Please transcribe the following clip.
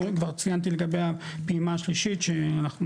כבר ציינתי לגבי הפעימה השלישית שאנחנו